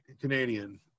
Canadian